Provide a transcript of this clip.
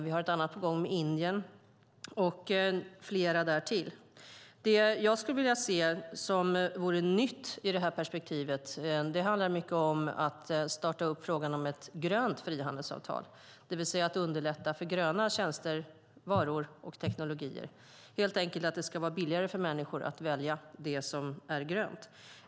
Vi har ett annat på gång med Indien och fler därtill. Det jag skulle vilja se som vore nytt i detta perspektiv handlar mycket om att starta upp frågan om ett grönt frihandelsavtal, det vill säga att underlätta för gröna tjänster, varor och teknologier. Det ska helt enkelt vara billigare för människor att välja det som är grönt.